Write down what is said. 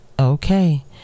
okay